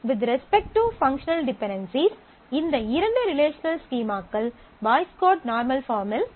with respect to functional dependency இந்த இரண்டு relational ஸ்கீமாக்கள் பாய்ஸ் கோட் நார்மல் பார்மில் இருக்கும்